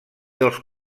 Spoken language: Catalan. dels